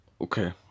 okay